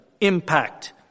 impact